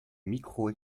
micro